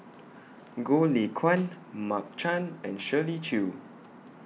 Goh Lay Kuan Mark Chan and Shirley Chew